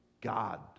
God